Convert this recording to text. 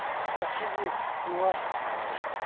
ꯉꯁꯤꯗꯤ ꯅꯨꯡꯉꯥꯏ